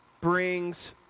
brings